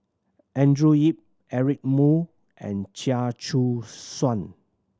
Andrew Yip Eric Moo and Chia Choo Suan